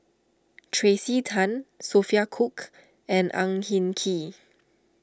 Tracey Tan Sophia Cooke and Ang Hin Kee